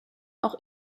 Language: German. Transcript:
auch